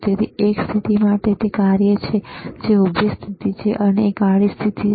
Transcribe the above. તેથી એક સ્થિતિ માટે કાર્ય છે જે ઉભી સ્થિતિ છે એક આડી સ્થિતિ છે